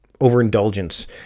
overindulgence